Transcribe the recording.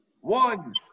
One